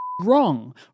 wrong